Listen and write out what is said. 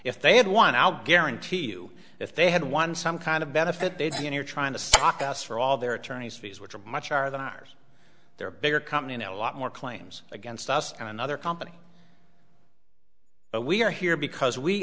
if they had one i'll guarantee you if they had one some kind of benefit they'd see in your trying to stock us for all their attorneys fees which are much higher than ours they're bigger company i know a lot more claims against us and another company but we are here because we